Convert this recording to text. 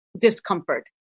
discomfort